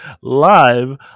live